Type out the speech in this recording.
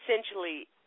essentially